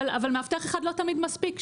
אבל מאבטח אחד לא תמיד מספיק.